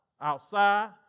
outside